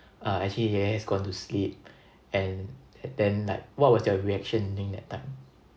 uh actually ye ye has gone to sleep and then like what was your reaction during that time